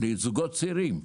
לזוגות צעירים.